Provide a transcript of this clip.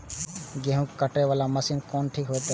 गेहूं कटे वाला मशीन कोन ठीक होते?